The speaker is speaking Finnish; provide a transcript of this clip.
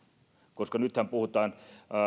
koska nythän ei